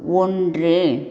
ஒன்று